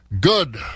Good